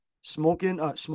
smoking